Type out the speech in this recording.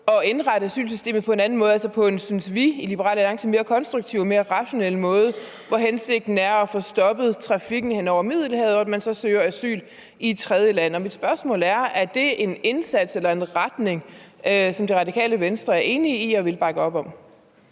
at indrette asylsystemet på en anden måde, altså på en – synes vi i Liberal Alliance – mere konstruktiv og mere rationel måde, hvor hensigten er at få stoppet trafikken hen over Middelhavet, så der søges asyl i et tredje land. Mit spørgsmål er: Er det en indsats eller en retning, som Det Radikale Venstre er enig i og vil bakke op om?